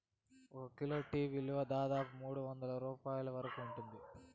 ఒక kilo tea విలువ దాదాపు మూడువందల రూపాయల వరకు ఉంటుంది